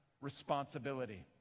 responsibility